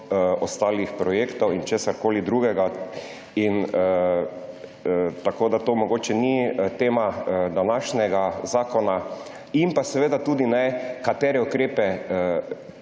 ostalih projektov in karkoli drugega. To mogoče ni tema današnjega zakona in pa seveda tudi ne, katere ukrepe